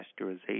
pasteurization